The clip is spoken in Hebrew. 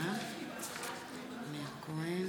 בעד עופר כסיף,